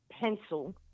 pencil